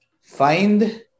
find